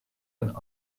and